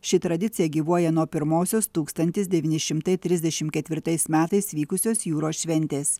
ši tradicija gyvuoja nuo pirmosios tūkstantis devyni šimtai trisdešimt ketvirtais metais vykusios jūros šventės